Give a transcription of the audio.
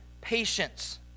patience